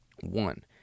One